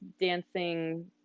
dancing